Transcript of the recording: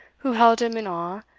who held him in awe,